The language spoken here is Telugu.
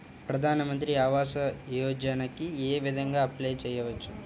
ప్రధాన మంత్రి ఆవాసయోజనకి ఏ విధంగా అప్లే చెయ్యవచ్చు?